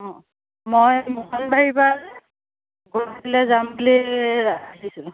অঁ মই মোহনবাৰীৰ গুৱাহাটীলৈ যাম বুলি ভাবিছোঁ